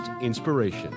inspiration